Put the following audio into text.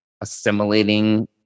assimilating